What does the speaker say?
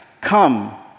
come